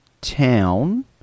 town